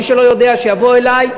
מי שלא יודע שיבוא אלי,